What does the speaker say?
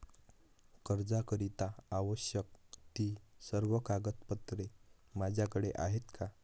कर्जाकरीता आवश्यक ति सर्व कागदपत्रे माझ्याकडे आहेत का?